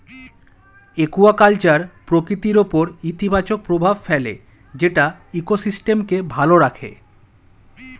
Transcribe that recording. aquaculture প্রকৃতির উপর ইতিবাচক প্রভাব ফেলে যেটা ইকোসিস্টেমকে ভালো রাখে